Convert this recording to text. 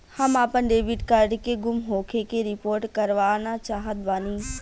हम आपन debit card के गुम होखे के रिपोर्ट करवाना चाहत बानी